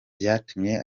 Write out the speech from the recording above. vyatumye